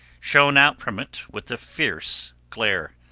shone out from it with a fierce glare.